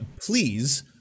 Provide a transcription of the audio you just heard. please